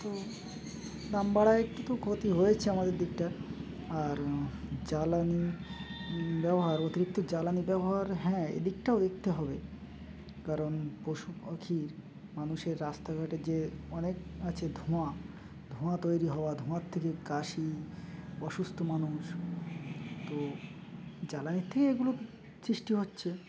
তো দাম বাড়ায় একটি তো ক্ষতি হয়েছে আমাদের দিকটা আর জ্বালানি ব্যবহার অতিরিক্ত জ্বালানি ব্যবহার হ্যাঁ এদিকটাও দেখতে হবে কারণ পশু পাখীর মানুষের রাস্তাঘাটে যে অনেক আছে ধোঁয়া ধোঁয়া তৈরি হওয়া ধোঁয়ার থেকে কাশি অসুস্থ মানুষ তো জ্বালানির থেকে এগুলো সৃষ্টি হচ্ছে